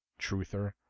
truther